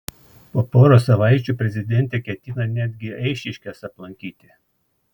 po poros savaičių prezidentė ketina netgi eišiškes aplankyti